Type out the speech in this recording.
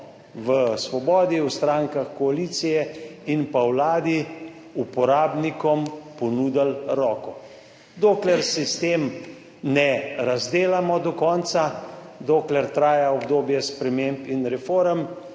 v Svobodi, v strankah koalicije in na Vladi uporabnikom ponudili roko. Dokler sistema ne razdelamo do konca, dokler traja obdobje sprememb in reform,